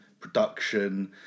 Production